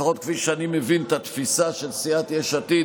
לפחות כפי שאני מבין את התפיסה של סיעת יש עתיד,